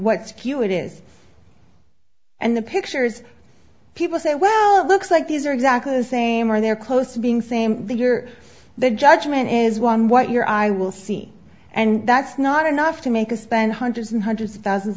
what's q it is and the pictures people say well looks like these are exactly the same or they're close to being same thing your judgment is one what your eye will see and that's not enough to make a spend hundreds and hundreds of thousands